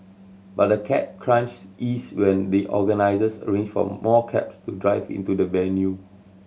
but the cab crunch ease when the organisers arranged for more cabs to drive into the venue